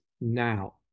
now